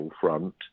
Front